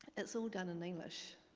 and so done in english.